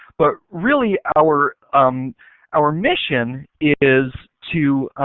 but really our um our mission is to,